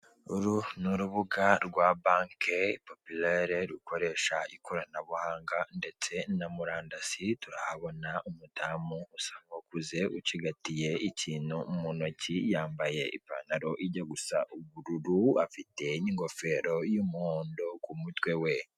Uru ni urubuga rwa bank populaire rukoresha ikoranabuhanga ndetse na murandasi, turahabona umudamu usa nk'ukuze ucigatiye ikintu mu ntoki yambaye ipantaro ijya gusa ubururu afite ingofero y'umuhondo ku mutwe we.